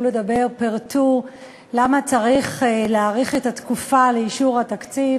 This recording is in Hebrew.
לדבר פירטו למה צריך להאריך את התקופה לאישור התקציב.